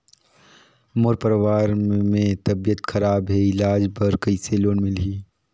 मोर परवार मे तबियत खराब हे इलाज बर कइसे लोन मिलही?